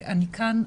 אני כאן,